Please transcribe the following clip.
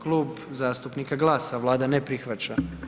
Klub zastupnika GLAS-a, Vlada ne prihvaća.